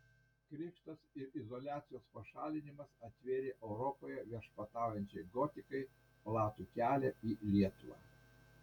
krikštas ir izoliacijos pašalinimas atvėrė europoje viešpataujančiai gotikai platų kelią į lietuvą